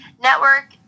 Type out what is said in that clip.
network